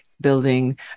building